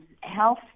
health